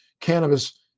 cannabis